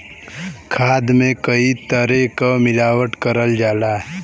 खाद में कई तरे क मिलावट करल जाला